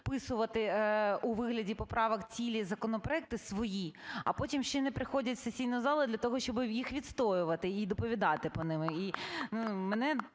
вписувати у вигляді поправок цілі законопроекти свої, а потім ще і не приходять в сесійну залу для того, щоби їх відстоювати і доповідати по ним.